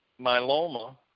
myeloma